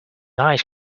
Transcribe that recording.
ice